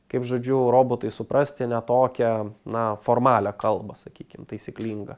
kaip žodžiu robotui suprasti ne tokią na formalią kalbą sakykim taisyklingą